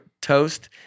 toast